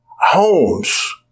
homes